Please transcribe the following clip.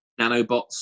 nanobots